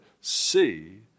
see